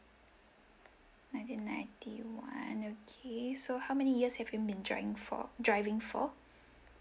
nineteen ninety one okay so how many years have you been driving for driving for